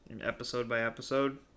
episode-by-episode